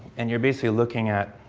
and you're basically looking at